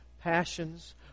passions